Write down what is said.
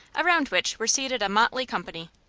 around which were seated a motley company,